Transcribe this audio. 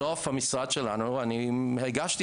הגשתי